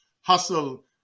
hustle